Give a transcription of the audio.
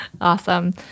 Awesome